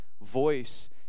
voice